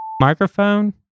microphone